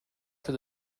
for